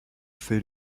fait